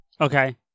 Okay